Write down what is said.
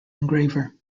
engraver